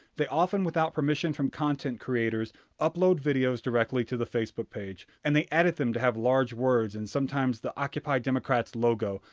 they often without permission from content creators upload videos directly to the facebook page. and they edit them to have large words and sometimes the occupy democrats logo,